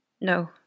No